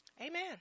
Amen